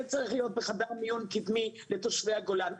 זה צריך להיות בחדר המיון הקדמי לתושבי הגולן,